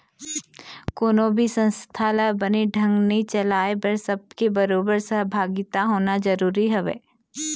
कोनो भी संस्था ल बने ढंग ने चलाय बर सब के बरोबर सहभागिता होना जरुरी हवय